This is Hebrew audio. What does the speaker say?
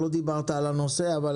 לא דיברת על הנושא, אבל